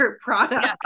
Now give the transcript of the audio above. Product